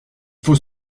faut